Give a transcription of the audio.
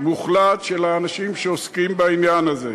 מוחלט של האנשים שעוסקים בעניין הזה,